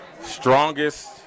strongest